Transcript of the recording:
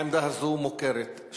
העמדה הזאת שלך מוכרת.